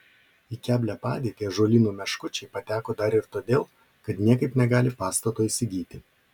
į keblią padėtį ąžuolyno meškučiai pateko dar ir todėl kad niekaip negali pastato įsigyti